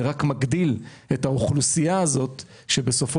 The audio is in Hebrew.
זה רק מגדיל את האוכלוסייה הזאת שבסופו